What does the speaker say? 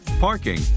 parking